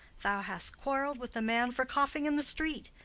thou hast quarrell'd with a man for coughing in the street,